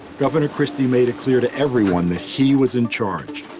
governor christie made it clear to everyone that he was in charge,